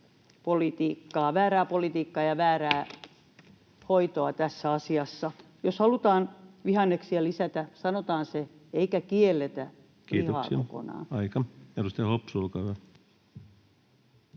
koputtaa] ja väärää hoitoa tässä asiassa. Jos halutaan vihanneksia lisätä, sanotaan se eikä kielletä lihaa kokonaan. Kiitoksia, aika. — Edustaja Hopsu, olkaa hyvä.